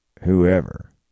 whoever